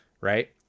Right